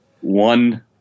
one